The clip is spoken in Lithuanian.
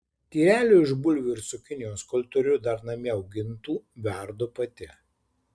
tyrelių iš bulvių ir cukinijos kol turiu dar namie augintų verdu pati